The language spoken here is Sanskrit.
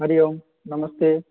हरि ओं नमस्ते